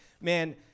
man